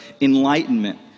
enlightenment